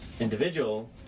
individual